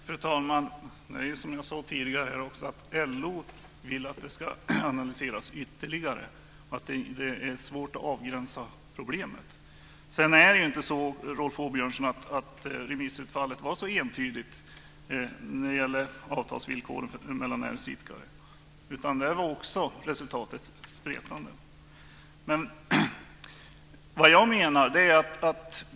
Fru talman! LO vill att detta ska analyseras ytterligare. Det är svårt att avgränsa problemet. Remissutfallet var inte så entydigt, Rolf Åbjörnsson, när det gäller avtalsvillkoren mellan näringsidkare. Där var resultatet spretande.